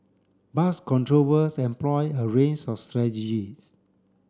bus controllers employ a range of strategies